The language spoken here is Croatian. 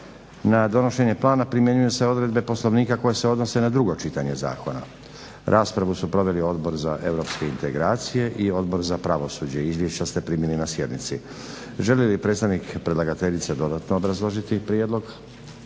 Na donošenje plana primjenjuju se odredbe Poslovnika koje se odnose na drugo čitanje zakona. Raspravu su proveli Odbor za europske integracije i Odbor za pravosuđe. Izvješća ste primili na sjednici. Želi li predstavnik predlagateljice dodatno obrazložiti prijedlog?